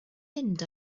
mynd